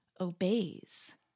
obeys